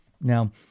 Now